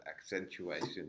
accentuation